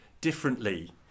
differently